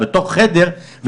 בתוך חדר,